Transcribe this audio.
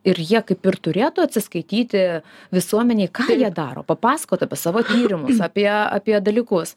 ir jie kaip ir turėtų atsiskaityti visuomenei ką jie daro papasakot apie savo tyrimus apie apie dalykus